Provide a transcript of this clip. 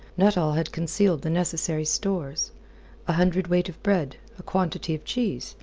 nuttall had concealed the necessary stores a hundredweight of bread, a quantity of cheese,